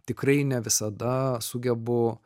tikrai ne visada sugebu